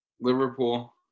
Liverpool